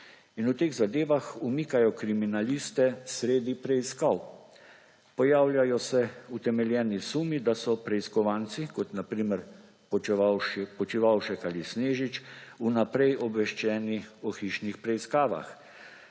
In v teh zadevah umikajo kriminaliste sredi preiskav. Pojavljajo se utemeljeni sumi, da so preiskovanci, kot na primer Počivalšek ali Snežič, vnaprej obveščeni o hišnih preiskavah,